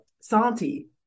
Santi